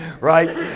right